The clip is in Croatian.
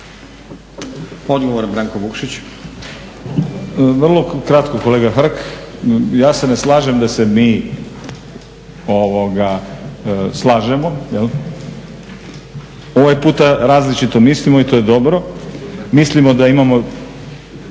Odgovor Branko Vukšić.